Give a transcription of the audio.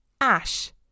Ash